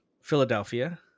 Philadelphia